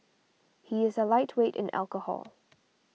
he is a lightweight in alcohol